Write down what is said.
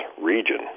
region